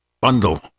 bundle